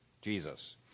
Jesus